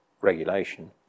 regulation